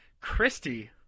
Christy